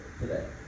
today